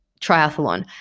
triathlon